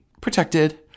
protected